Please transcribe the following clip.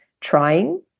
trying